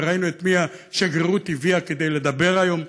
וראינו את מי השגרירות הביאה כדי לדבר היום: